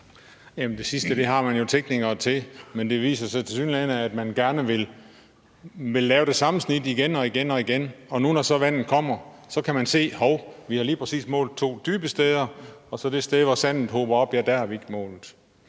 det sidste har man jo teknikere til, men det viser sig tilsyneladende, at man gerne vil lave det samme snit igen og igen, og nu når så vandet kommer, kan man se: Hov, vi har lige præcis målt to dybe steder, og det sted, hvor sandet hober sig op, har vi ikke målt.